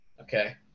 okay